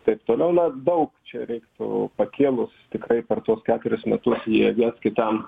taip toliau na daug čia reiktų pakėlus tikrai per tuos keturis metus jie viens kitam